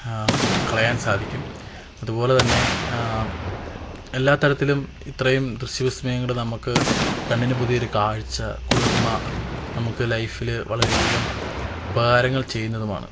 കളയാന് സാധിക്കും അതുപോലെതന്നെ എല്ലാ തരത്തിലും ഇത്രയും ദൃശ്യവിസ്മയങ്ങലുടെ നമുക്ക് കണ്ണിന് പുതിയൊരു കാഴ്ച കുളിര്മ നമുക്ക് ലൈഫില് വളരെയധികം ഉപകാരങ്ങള് ചെയ്യുന്നതുമാണ്